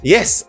Yes